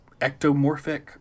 ectomorphic